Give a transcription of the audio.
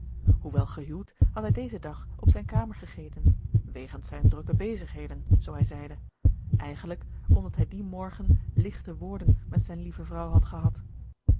hoewel gehuwd had hij dezen dag op zijne kamer gegeten wegens zijne drukke bezigheden zoo hij zeide eigenlijk omdat hij dien morgen ligte woorden met zijne lieve vrouw had gehad